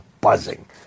buzzing